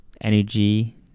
energy